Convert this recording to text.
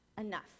enough